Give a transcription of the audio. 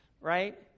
right